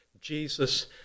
Jesus